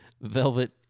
velvet